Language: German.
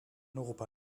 europa